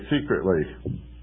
secretly